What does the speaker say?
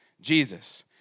Jesus